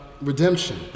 redemption